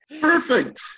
perfect